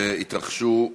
בנוגע לפשעי השנאה שהתרחשו.